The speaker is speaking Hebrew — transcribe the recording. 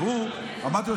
אמרתי לו,